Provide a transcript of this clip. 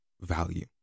value